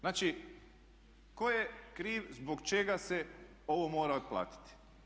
Znači tko je kriv zbog čega se ovo mora otplatiti.